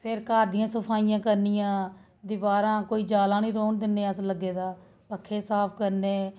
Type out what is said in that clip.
फिर घर दियां सफाइयां करनियां दीवारां कोई जाला निं रौह्न दिंन्ने अस लग्गे दा पक्खे साफ करने